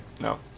no